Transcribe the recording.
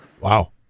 Wow